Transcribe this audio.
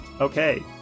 Okay